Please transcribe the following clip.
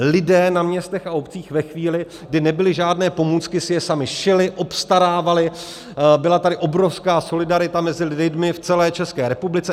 Lidé na městech a obcích ve chvíli, kdy nebyly žádné pomůcky, si je sami šili, obstarávali, byla tady obrovská solidarita mezi lidmi v celé České republice.